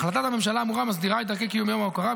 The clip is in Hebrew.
החלטת הממשלה האמורה מסדירה את ערכי קיום יום ההוקרה,